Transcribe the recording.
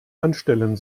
anstellen